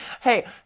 Hey